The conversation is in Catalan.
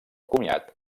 comiat